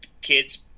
kids